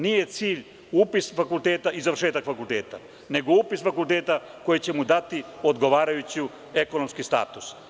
Nije cilj upis fakulteta i završetak fakulteta nego upis fakulteta koji će mu dati odgovarajući ekonomski status.